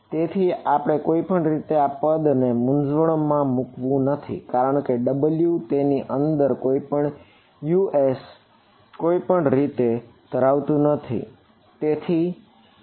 તેથી કોઈપણ રીતે આ પદ આપણને મૂંઝવણમાં મૂકતું નથી કારણ કે W તેની અંદર કોઈપણ Us કોઈપણ રીતે ધરાવતું નથી બરાબર